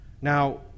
Now